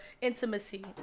intimacy